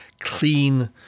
clean